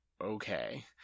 okay